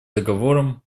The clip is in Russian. договором